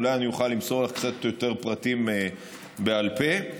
אולי אוכל למסור לך קצת יותר פרטים בעל פה,